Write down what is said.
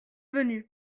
venu